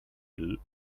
deux